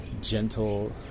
gentle